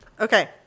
Okay